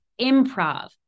improv